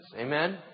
Amen